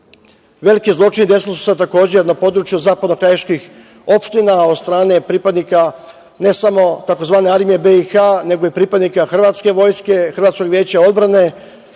zločini su se takođe desili na području zapadno krajiških opština, od strane pripadnika ne samo tzv. Armije BiH, nego i pripadnika hrvatske vojske, Hrvatskog vijeća odbrane.